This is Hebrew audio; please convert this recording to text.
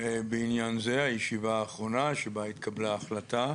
בעניין זה, הישיבה האחרונה שבה התקבלה ההחלטה,